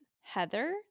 heather